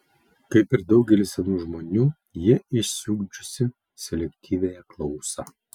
kaip ir daugelis senų žmonių ji išsiugdžiusi selektyviąją klausą